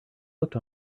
looked